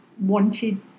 wanted